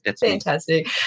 Fantastic